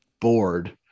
bored